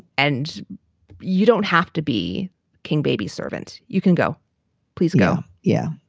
and you don't have to be king baby servant. you can go please go. yeah.